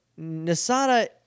Nasada